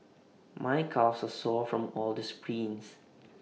my calves are sore from all the sprints